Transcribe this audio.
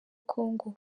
congo